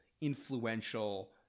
influential